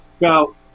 go